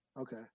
Okay